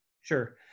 Sure